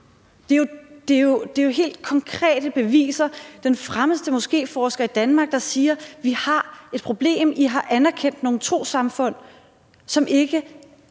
Det er jo helt konkrete beviser, at den fremmeste moskéforsker i Danmark siger: Vi har et problem, I har anerkendt nogle trossamfund, som i